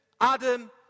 Adam